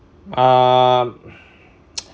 uh